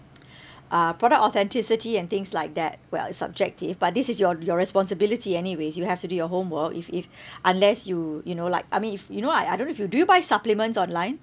uh product authenticity and things like that well it's subjective but this is your your responsibility anyways you have to do your homework if if unless you you know like I mean if you know I I don't know if you do you buy supplements online